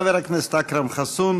חבר הכנסת אכרם חסון,